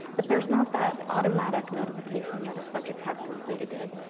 but there's not that automatic notification that a subject has completed it.